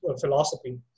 philosophy